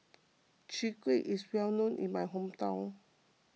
Chwee Kueh is well known in my hometown